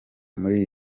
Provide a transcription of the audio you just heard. muri